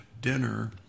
Dinner